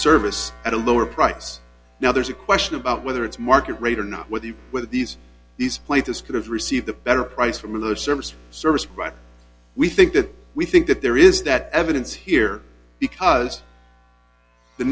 service at a lower price now there's a question about whether it's market rate or not whether whether these these places could have received a better price from another service or service but we think that we think that there is that evidence here because the